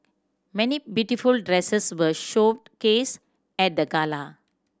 many beautiful dresses were showcased at the gala